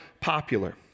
popular